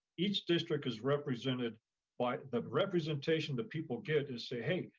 each district is represented by the representation that people get and say, hey,